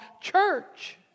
church